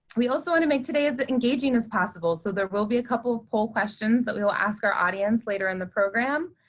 we also want to make today as engaging as possible, so there will be a couple of poll questions that we will ask our audience later in the program.